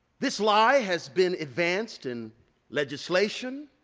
this lie has been advanced in legislation,